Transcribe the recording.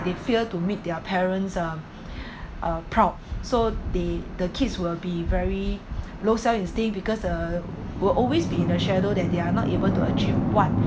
they failed to meet their parents uh uh proud so the the kids will be very low sell instinct because they're will always be in a shadow that they are not able to achieve what